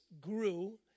grew